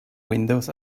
windows